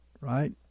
right